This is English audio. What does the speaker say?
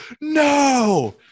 no